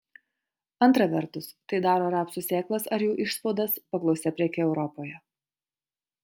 antra vertus tai daro rapsų sėklas ar jų išspaudas paklausia preke europoje